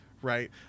right